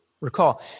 Recall